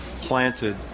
planted